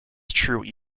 true